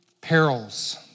perils